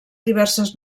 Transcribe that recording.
diverses